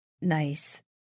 nice